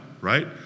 right